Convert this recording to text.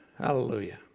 Hallelujah